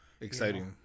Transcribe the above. Exciting